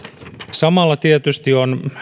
samalla tietysti on